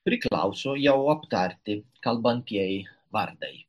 priklauso jau aptarti kalbantieji vardai